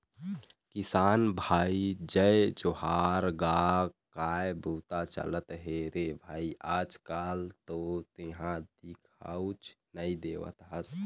किसान भाई जय जोहार गा काय बूता चलत हे रे भई आज कल तो तेंहा दिखउच नई देवत हस?